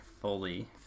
fully